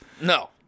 No